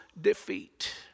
defeat